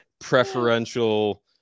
preferential